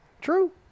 True